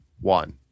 one